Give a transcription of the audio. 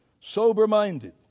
sober-minded